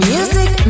Music